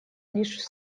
лишь